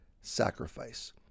sacrifice